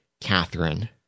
Catherine